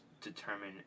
determine